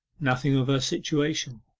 nothing of her situation.